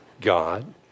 God